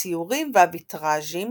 הציורים והויטראז'ים